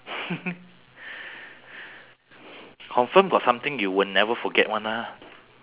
what about for your for your husband